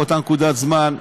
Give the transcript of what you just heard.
באותה נקודת זמן,